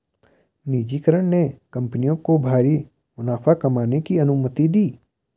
निजीकरण ने कंपनियों को भारी मुनाफा कमाने की अनुमति दी